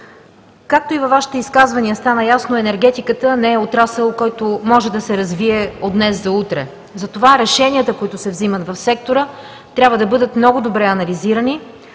Както и във Вашите изказвания стана ясно, енергетиката не е отрасъл, който може да се развие от днес за утре. Затова решенията, които се взимат в сектора, трябва да бъдат много добре анализирани,